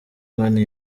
konti